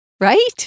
right